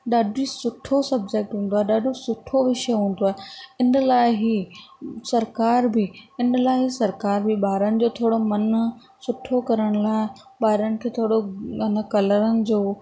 ॾाढो सुठो सब्जेक्ट हूंदो आहे ॾाढो सुठो विषय हूंदो आहे इन लाइ ही सरकार बि इन लाइ सरकार बि ॿारनि जो थोरो मन सुठो करण लाइ ॿारनि खे थोरो हेन कलरनि जो